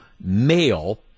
male